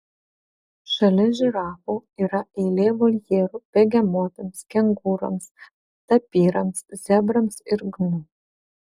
šalia žirafų yra eilė voljerų begemotams kengūroms tapyrams zebrams ir gnu